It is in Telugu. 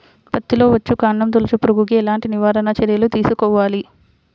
పత్తిలో వచ్చుకాండం తొలుచు పురుగుకి ఎలాంటి నివారణ చర్యలు తీసుకోవాలి?